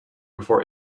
before